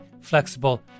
flexible